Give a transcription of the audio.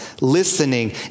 listening